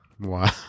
Wow